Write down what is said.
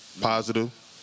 positive